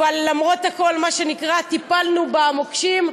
אבל למרות הכול, מה שנקרא, טיפלנו במוקשים,